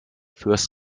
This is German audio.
fürs